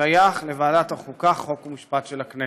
שייך לוועדת החוקה, חוק ומשפט של הכנסת.